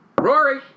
Rory